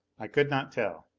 i could not tell.